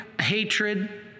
hatred